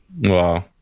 Wow